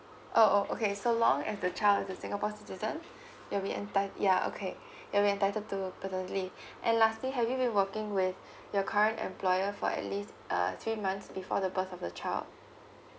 oh oh okay so long as the child is a singapore citizen you'll be enti~ yeah okay you'll be entitled to paternity leave and lastly have you been working with your current employer for at least uh three months before the birth of the child